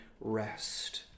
rest